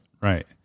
Right